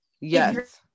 Yes